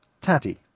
Tatty